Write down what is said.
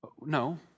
No